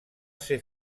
ser